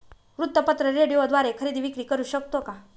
वृत्तपत्र, रेडिओद्वारे खरेदी विक्री करु शकतो का?